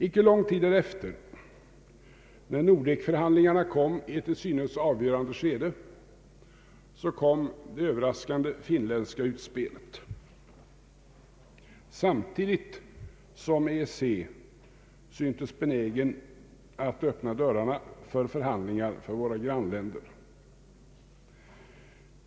Icke lång tid därefter, när Nordekförhandlingarna var i ett till synes avgörande skede, kom överraskande det finländska utspelet, samtidigt som EEC syntes benägen att öppna dörrarna för förhandlingar för våra grannländer.